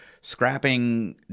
scrapping